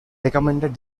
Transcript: recommended